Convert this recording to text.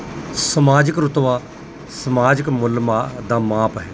ਸਮਾਜਿਕ ਰੁਤਬਾ ਸਮਾਜਿਕ ਮੁੱਲ ਮਾਪ ਦਾ ਮਾਪ ਹੈ